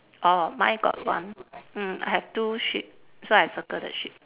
orh mine got one mm I have two sheep so I circle the sheep